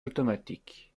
automatique